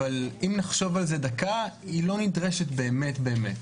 אבל אם נחשוב על זה דקה היא לא נדרשת באמת באמת.